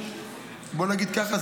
בוא נגיד ככה,